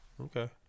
Okay